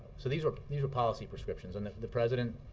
so these were these were policy prescriptions and the president,